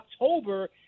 October